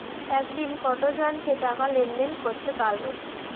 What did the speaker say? একদিন কত জনকে টাকা লেনদেন করতে পারবো?